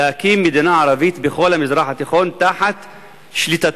להקים מדינה ערבית בכל המזרח התיכון תחת שליטתך,